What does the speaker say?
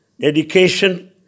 dedication